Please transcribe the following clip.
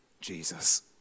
Jesus